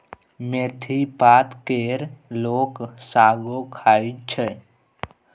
मेथी पात केर लोक सागो खाइ छै